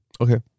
Okay